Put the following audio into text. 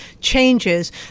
changes